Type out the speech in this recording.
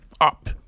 up